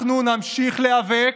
אנחנו נמשיך להיאבק